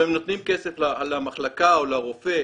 ונותנים כסף למחלקה או לרופא,